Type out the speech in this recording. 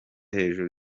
hejuru